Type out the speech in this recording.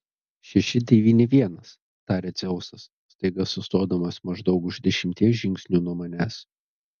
šeši devyni vienas taria dzeusas staiga sustodamas maždaug už dešimties žingsnių nuo manęs